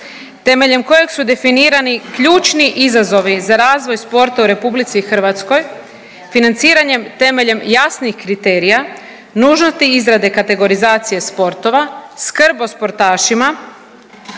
temeljem kojeg su definirani ključni izazovi za razvoj sporta u RH financiranjem temeljem jasnih kriterija, nužnosti izrade kategorizacije sportova, skrb o sportašima